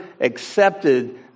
accepted